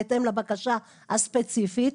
בהתאם לבקשה הספציפית,